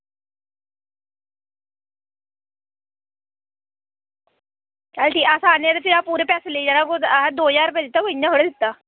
चल ठीक अस आन्ने आं ते फ्ही अस पूरे पैसे लेई जाना कुतै असें दो ज्हार रपेआ दित्ता कोई इयां थोह्ड़े ना दित्ता